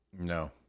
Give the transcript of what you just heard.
No